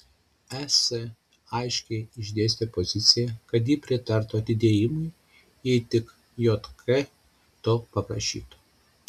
es aiškiai išdėstė poziciją kad ji pritartų atidėjimui jei tik jk to paprašytų